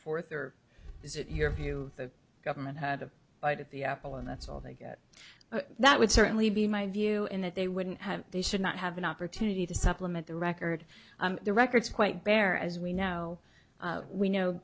forth or is it your view the government had a bite at the apple and that's all they got that would certainly be my view in that they wouldn't have they should not have an opportunity to supplement the record the records quite bear as we know we know